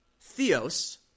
Theos